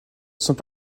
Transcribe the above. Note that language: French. sont